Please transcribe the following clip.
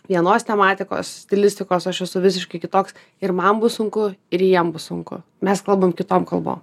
vienos tematikos stilistikos aš esu visiškai kitoks ir man bus sunku ir jiem bus sunku mes kalbam kitom kalbom